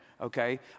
okay